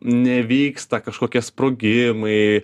nevyksta kažkokie sprogimai